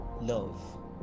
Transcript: love